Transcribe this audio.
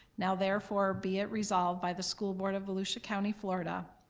now therefore be it resolved by the school board of volusia county, florida,